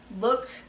look